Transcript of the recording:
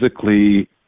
physically